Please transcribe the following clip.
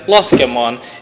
laskemaan